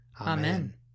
Amen